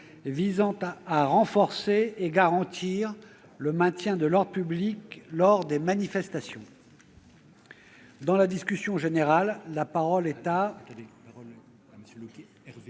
visant à renforcer et garantir le maintien de l'ordre public lors des manifestations. Dans la suite de la discussion générale, la parole est à